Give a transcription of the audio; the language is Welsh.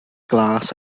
glas